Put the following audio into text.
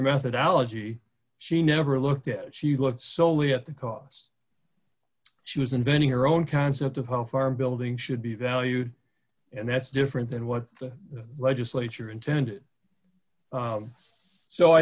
methodology she never looked at she looked so we at the cost she was inventing her own concept of how farm building should be valued and that's different than what the legislature intended so i